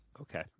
Okay